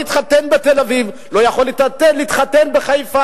ב-20 השנים האחרונות להתחתן במדינתם שלהם,